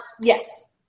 yes